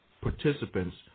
participants